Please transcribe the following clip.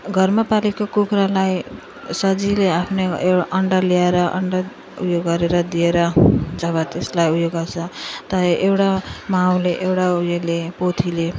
घरमा पालेको कुखुरालाई सजिलो आफ्नो अन्डा ल्याएर अन्डा उयो गरेर दिएर जब त्यसलाई उयो गर्छ त एउटा माउले एउटा उयोले पोथीले